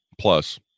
plus